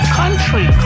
country